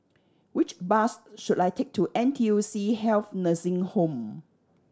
which bus should I take to N T U C Health Nursing Home